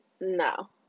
No